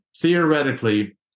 theoretically